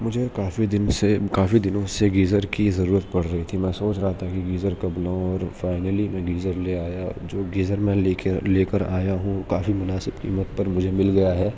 مجھے کافی دن سے کافی دنوں سے گیزر کی ضرورت پڑ رہی تھی میں سوچ رہا تھا کہ گیزر کب لوں اور فائنلی میں گیزر لے آیا جو گیزر میں لے کر لے کر آیا ہوں کافی مناسب قیمت پر مجھے مل گیا ہے